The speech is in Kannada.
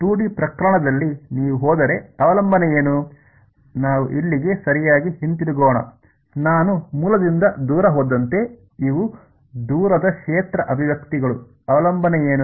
2 ಡಿ ಪ್ರಕರಣದಲ್ಲಿ ನೀವು ಹೋದರೆ ಅವಲಂಬನೆ ಏನು ನಾವು ಇಲ್ಲಿಗೆ ಸರಿಯಾಗಿ ಹಿಂತಿರುಗೋಣ ನಾನು ಮೂಲದಿಂದ ದೂರ ಹೋದಂತೆ ಇವು ದೂರದ ಕ್ಷೇತ್ರ ಅಭಿವ್ಯಕ್ತಿಗಳು ಅವಲಂಬನೆ ಏನು